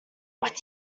what